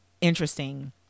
Interesting